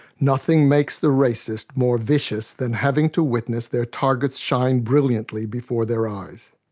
nothing makes the racist more vicious than having to witness their targets shine brilliantly before their eyes.